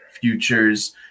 futures